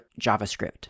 javascript